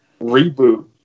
reboot